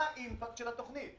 מה אימפקט של התוכנית?